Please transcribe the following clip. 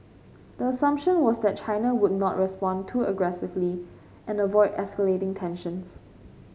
the assumption was that China would not respond too aggressively and avoid escalating tensions